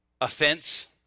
offense